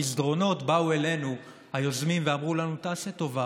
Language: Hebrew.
במסדרונות באו אלינו היוזמים ואמרו לנו: תעשה טובה,